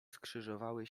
skrzyżowały